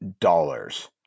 dollars